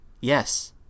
Yes